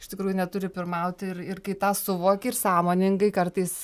iš tikrųjų neturi pirmauti ir ir kai tą suvoki ir sąmoningai kartais